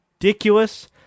ridiculous